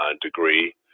degree